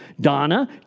Donna